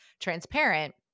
transparent